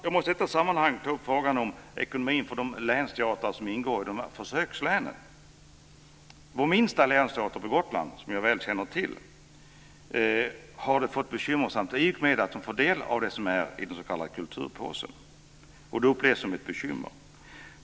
Jag måste i detta sammanhang ta upp frågan om ekonomin för de länsteatrar som ingår i försökslänen. Vår minsta länsteater, som finns på Gotland och som jag väl känner till, har fått det bekymmersamt i och med att den får del av det som är i den s.k. kulturpåsen, och det upplevs som ett bekymmer.